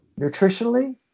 nutritionally